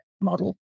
model